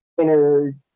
inner